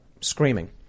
Screaming